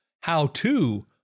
how-to